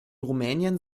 rumänien